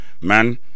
Man